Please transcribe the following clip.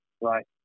right